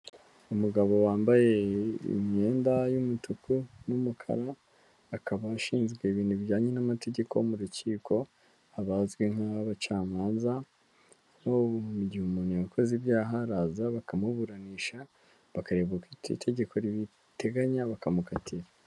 Umugabo wambaye imyenda y'umutuku n'umukara akaba ashinzwe ibintu bijyanye n'amategeko mu rukiko abazwi nk'abacamanza, aho mu gihe umuntu yakoze ibyaha araza bakamuburanisha bakareba uko itegeko ribiteganya bakamukatira.